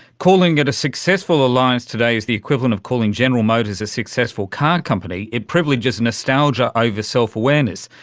calling it a successful alliance today is the equivalent of calling general motors a successful car company, it privileges nostalgia over self-awareness.